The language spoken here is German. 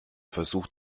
versucht